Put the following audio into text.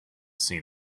seen